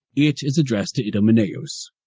it is addressed to idomeneus.